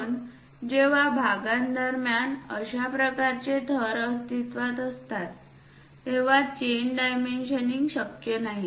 म्हणून जेव्हा भागांदरम्यान अशा प्रकारचे थर अस्तित्त्वात असतात तेव्हा चेन डायमेन्शनिंग शक्य नाही